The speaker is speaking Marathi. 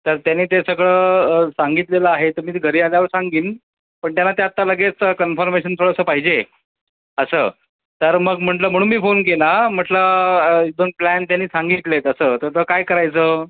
तर त्यांनी ते सगळं सांगितलेलं आहे तर मी ते घरी आल्यावर सांगेन पण त्यांना ते आत्ता लगेच कन्फर्मेशन थोडंसं पाहिजे आहे असं तर मग म्हटलं म्हणून मी फोन केला म्हटलं एकदोन प्लॅन त्यांनी सांगितले आहेत असं तर आता काय करायचं